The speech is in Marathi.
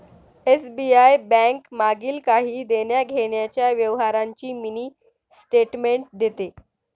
एस.बी.आय बैंक मागील काही देण्याघेण्याच्या व्यवहारांची मिनी स्टेटमेंट देते